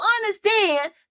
understand